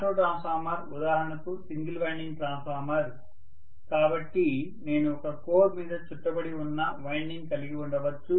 auto transformer ఉదాహరణకు single winding transformer కాబట్టి నేను ఒక కోర్ మీద చుట్టబడి ఉన్న వైండింగ్ కలిగి ఉండవచ్చు